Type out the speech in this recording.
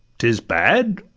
t is bad,